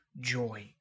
joy